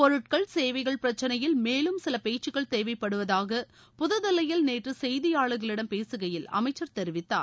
பொருட்கள் சேவைகள் பிரச்சனையில் மேலும் சில பேச்சுகள் தேவைப்படுவதாக புது தில்லியில் நேற்று செய்தியாளர்களிடம் பேசுகயில் அமைச்சர் தெரிவித்தார்